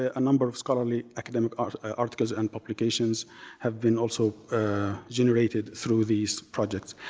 a number of scholarly academic ah ah articles and publications have been also generated through these projects.